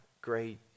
great